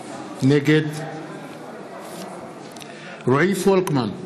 נגד רועי פולקמן,